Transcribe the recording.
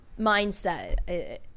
mindset